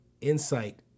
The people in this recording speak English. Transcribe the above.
insight